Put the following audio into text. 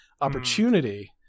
Opportunity